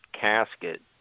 casket